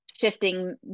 shifting